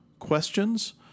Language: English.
questions